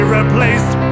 replaced